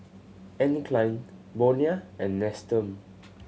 Anne Klein Bonia and Nestum